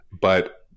But-